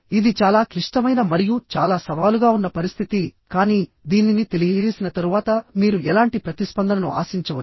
ఇది చాలా క్లిష్టమైన మరియు చాలా సవాలుగా ఉన్న పరిస్థితికానీ దీనిని తెలియజేసిన తరువాత మీరు ఎలాంటి ప్రతిస్పందనను ఆశించవచ్చు